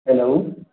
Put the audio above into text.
hello